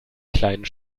kleinen